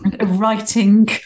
Writing